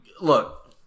look